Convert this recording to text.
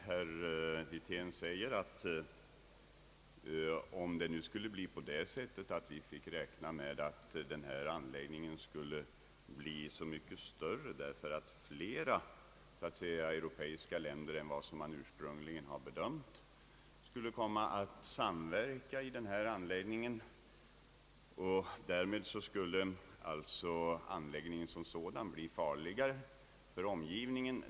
Herr Wirtén säger att om anläggningen skulle komma att bli större än vad man ursprungligen räknat med på grund av att fler europeiska länder skulle komma att samverka, så skulle anläggningen därmed komma att bli farligare för omgivningen.